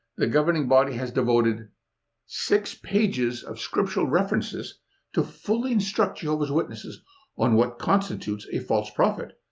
the governing body has devoted six pages of scriptural references to fully instruct jehovah's witnesses on what constitutes a false prophet,